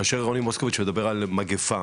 כאשר רוני ברקוביץ מדבר על מגפה,